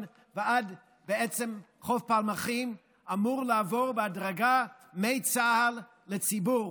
ועד חוף פלמחים אמור לעבור בהדרגה מצה"ל לציבור,